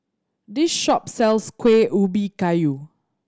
this shop sells Kuih Ubi Kayu